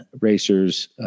racers